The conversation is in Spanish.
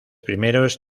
primeros